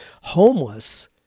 Homeless